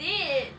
I did